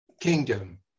kingdom